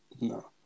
no